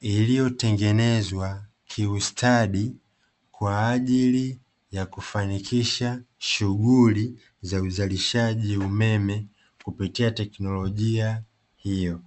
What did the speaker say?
iliyotengenezwa kiustadi kwa ajili ya kufanikisha shughuli za uzalishaji umeme kupitia teknolojia hiyo.